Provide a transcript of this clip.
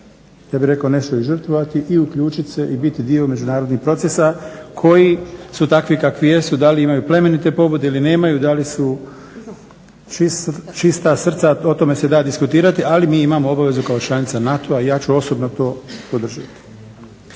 ja bih rekao nešto i žrtvovati i uključiti se i biti dio međunarodnih procesa koji su takvi kakvi jesu. Da li imaju plemenite pobude ili nemaju, da li su čista srca o tome se da diskutirati ali mi imamo obavezu kao članica NATO-a i ja ću osobno to podržati.